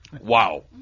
Wow